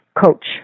coach